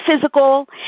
physical